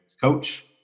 coach